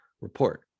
report